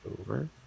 over